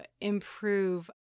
improve